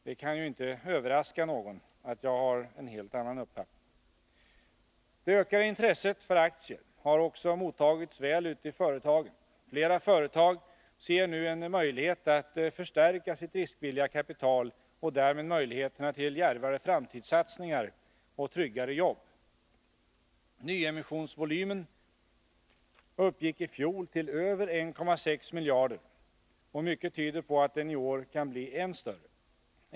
Det kan inte överraska någon att jag har en helt annan uppfattning. Det ökade intresset för aktier har också mottagits väl ute i företagen. Flera företag ser nu en möjlighet att förstärka sitt riskvilliga kapital och därmed möjligheter att göra djärvare framtidssatsningar och att skapa tryggare jobb. Nyemissionsvolymen uppgick i fjol till över 1,6 miljarder, och mycket tyder på att den i år kan bli än större.